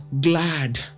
glad